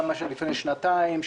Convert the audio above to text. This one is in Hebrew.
גם מה שלפני שנתיים,